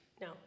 No